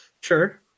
Sure